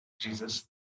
Jesus